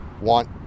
want